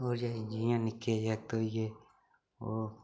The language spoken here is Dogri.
होर जेह् जियां निक्के जागत होई गे ओह्